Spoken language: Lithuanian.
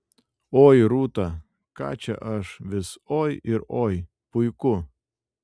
oi rūta ką čia aš vis oi ir oi puiku